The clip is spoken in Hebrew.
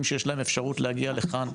שיש להם אפשרות להגיע לכאן,